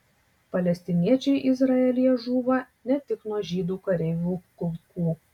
palestiniečiai izraelyje žūva ne tik nuo žydų kareivių kulkų